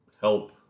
help